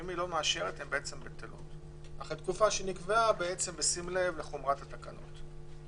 אם היא לא מאשרת הן בטלות אחרי תקופה שנקבעה בשים לב לחומרת התקנות.